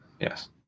Yes